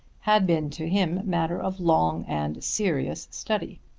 had been to him matter of long and serious study.